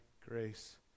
grace